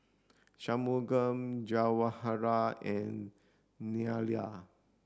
Shunmugam Jawaharlal and Neila